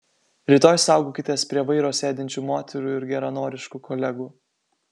rytoj saugokitės prie vairo sėdinčių moterų ir geranoriškų kolegų